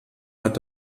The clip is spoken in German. hat